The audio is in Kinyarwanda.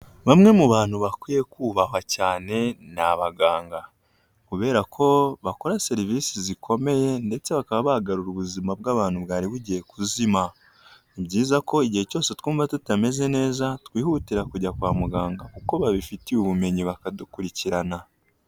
Bamwe mu bantu bakwiye kubahwa cyane ni abaganga, kubera ko bakora serivisi zikomeye ndetse bakaba bagarura ubuzima bw'abantu bwari bugiye kuzima. Ni byiza ko igihe cyose twumva tutameze neza twihutira kujya kwa muganga kuko babifitiye ubumenyi bakadukurikirana.